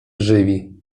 żywi